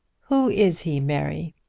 who is he, mary?